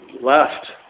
left